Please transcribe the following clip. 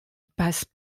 passe